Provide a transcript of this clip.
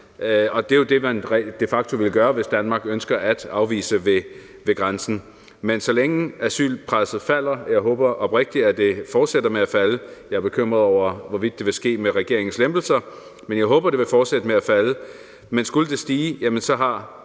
Det er jo det, man de facto vil gøre, hvis Danmark ønsker at afvise folk ved grænsen. Men skulle asylpresset stige – jeg håber oprigtigt, at det fortsætter med at falde, men jeg er bekymret for, hvorvidt det vil ske med regeringens lempelser – har regeringen mulighed for at gøre det, som